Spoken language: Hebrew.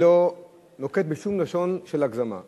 אני לא נוקט שום לשון של הגזמה.